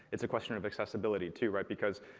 it's a question of accessibility too, right? because